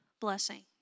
blessing